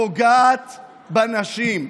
פוגעת בנשים,